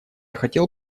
хотел